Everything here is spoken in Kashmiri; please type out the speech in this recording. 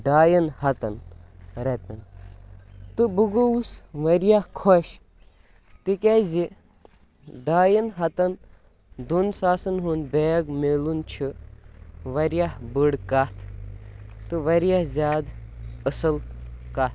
ڈاین ہَتن رۄپیَن تہٕ بہٕ گوٚوُس واریاہ خۄش تِکیازِ ڈاین ہَتَن دۄن ساسَن ہُنٛد بیٚگ میلُن چھِ واریاہ بٔڑ کَتھ تہٕ واریاہ زیادٕ اَصٕل کَتھ